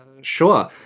Sure